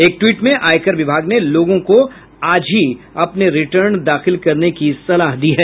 एक ट्वीट में आयकर विभाग ने लोगों को आज ही अपने रिर्टन दाखिल करने की सलाह दी है